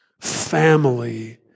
family